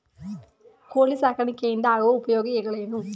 ಕೋಳಿ ಸಾಕಾಣಿಕೆಯಿಂದ ಆಗುವ ಉಪಯೋಗಗಳೇನು?